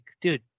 dude